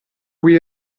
cui